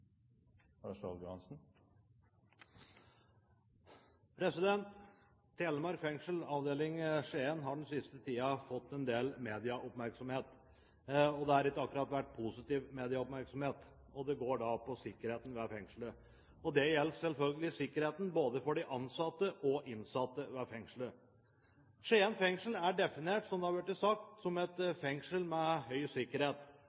Telemark fengsel, Skien avdeling, har den siste tiden fått en del medieoppmerksomhet, og det har ikke akkurat vært positiv medieoppmerksomhet. Det går på sikkerheten ved fengselet. Det gjelder selvfølgelig sikkerheten for både de ansatte og de innsatte ved fengselet. Skien fengsel er definert, som det har blitt sagt, som et fengsel med høy sikkerhet,